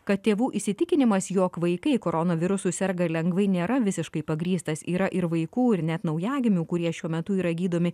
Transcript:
kad tėvų įsitikinimas jog vaikai korona virusu serga lengvai nėra visiškai pagrįstas yra ir vaikų ir net naujagimių kurie šiuo metu yra gydomi